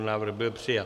Návrh byl přijat.